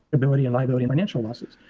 liability and liability financial losses?